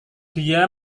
dia